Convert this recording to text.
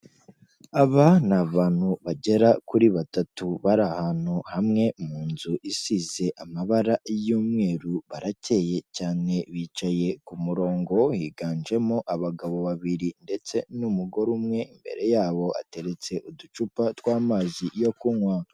Aba ni abantu bagera kuri batatu bari ahantu hamwe mu nzu isize amabara y'umweru baracyeye cyane bicaye ku murongo higanjemo abagabo babiri ndetse n'umugore umwe, imbere y'abo hateretse uducupa tw'amazi yo kunywa.